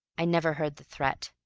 i never heard the threat.